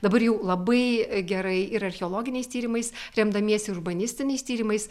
dabar jau labai gerai ir archeologiniais tyrimais remdamiesi urbanistiniais tyrimais